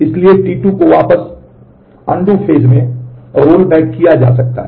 इसलिए T2 को वापस अनडू फेज में रोलबैक किया जा सकता है